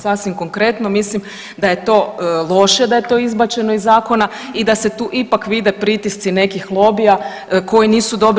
Sasvim konkretno, mislim da je to loše da je to izbačeno iz zakona i da se tu ipak vide pritisci nekih lobija koji nisu dobri.